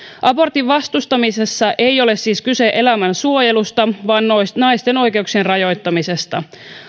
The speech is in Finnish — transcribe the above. abortin vastustamisessa ei ole siis kyse elämän suojelusta vaan naisten oikeuksien rajoittamisesta